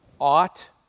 ought